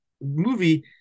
movie